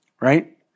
right